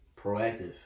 proactive